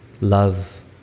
love